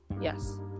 yes